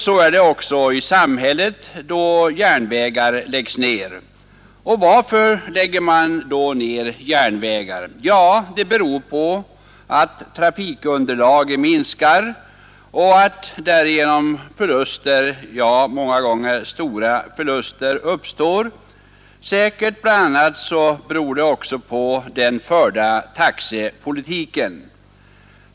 Så är det också för samhället då järnvägar läggs ned. Varför lägger man då ned järnvägar? Det beror på att trafikunderlaget minskar 21 och att därigenom förluster, ja, många gånger stora förluster uppstår. Säkert beror det bl.a. också på den förda taxepolitiken.